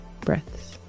breaths